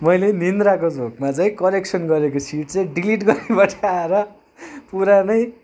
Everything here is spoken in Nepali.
मैले निन्द्राको झोकमा चाहिँ करेक्सन गरेको सिट डिलिट गरिपठाएर पुरानै